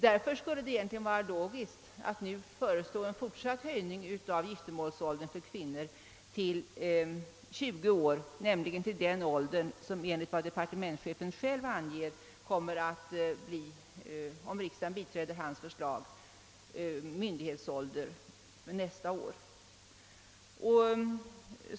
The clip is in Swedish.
Därför skulle det egentligen vara logiskt att nu föreslå en fortsatt höjning av giftermålsåldern för kvinnor till 20 år, alltså den myndighetsålder som kommer att gälla från och med nästa år, om riksdagen bifaller departementschefens förslag.